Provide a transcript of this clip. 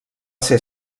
ser